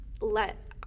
let